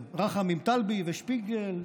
רחמים טלבי ושפיגל,